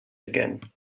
again